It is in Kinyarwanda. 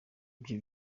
ibyo